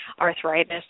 arthritis